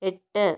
എട്ട്